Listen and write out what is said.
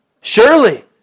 Surely